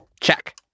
Check